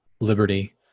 liberty